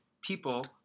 people